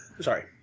Sorry